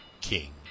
King